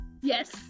Yes